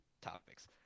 topics